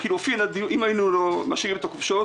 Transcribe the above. אם היינו משאירים את החופשות,